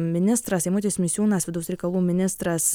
ministras eimutis misiūnas vidaus reikalų ministras